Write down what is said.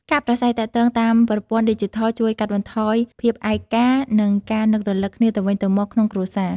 ការប្រាស្រ័យទាក់ទងតាមប្រព័ន្ធឌីជីថលជួយកាត់បន្ថយភាពឯកា និងការនឹករឭកគ្នាទៅវិញទៅមកក្នុងគ្រួសារ។